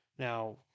Now